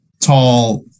tall